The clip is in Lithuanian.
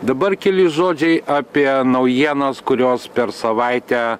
dabar keli žodžiai apie naujienas kurios per savaitę